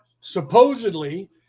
Supposedly